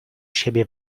siebie